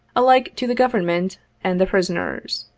alike to the government and the prisoners.